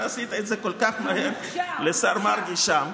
אתה עשית את זה כל כך מהר לשר מרגי שם.